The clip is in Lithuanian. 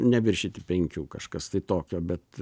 neviršyti penkių kažkas tai tokio bet